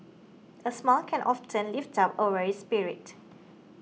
a smile can often lift up a weary spirit